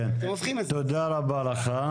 תודה רבה לך.